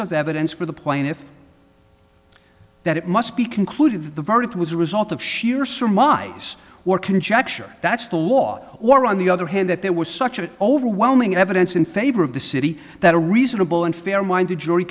of evidence for the plaintiff's that it must be concluded that the verdict was a result of sheer surmise or conjecture that's the law or on the other hand that there was such an overwhelming evidence in favor of the city that a reasonable and fair minded jury